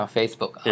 Facebook